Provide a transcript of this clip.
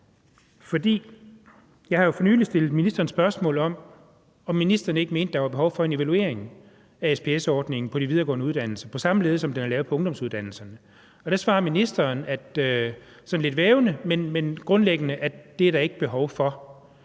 jeg har jo for nylig stillet ministeren spørgsmål om, om ministeren ikke mente, der var behov for en evaluering af SPS-ordningen på de videregående uddannelser på samme led, som den er lavet på ungdomsuddannelserne. Der svarer ministeren sådan lidt vævende, men grundlæggende, at det er der ikke behov for.